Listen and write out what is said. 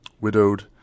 widowed